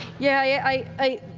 yeah yeah, i.